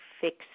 fix